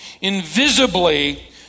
invisibly